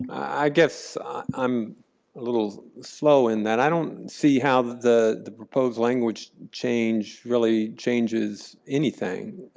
i guess i'm a little slow in that i don't see how the the proposed language change really changes anything.